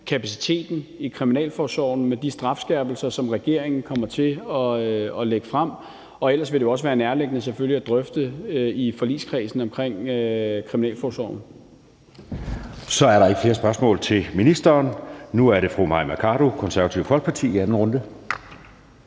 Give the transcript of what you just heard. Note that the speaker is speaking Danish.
kapaciteteten i kriminalforsorgen med de strafskærpelser, som regeringen kommer til at lægge frem, og ellers vil det jo selvfølgelig også være nærliggende at drøfte i forligskredsen om kriminalforsorgen. Kl. 09:58 Anden næstformand (Jeppe Søe): Så er der ikke flere spørgsmål til ministeren. Nu er det fru Mai Mercado, Det Konservative Folkeparti, i anden